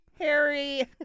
Harry